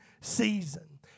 season